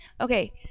Okay